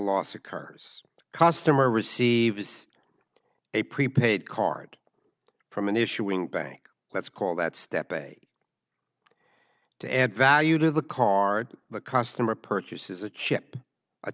loss occurs customer receives a prepaid card from an issue in bank let's call that step eight to add value to the card the customer purchases a chip